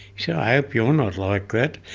so i hope you're not like that.